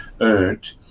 earned